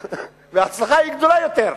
וההצלחה היא גדולה יותר.